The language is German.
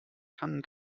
kann